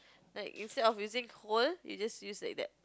like instead of using cones you just use like that